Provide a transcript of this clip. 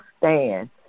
stand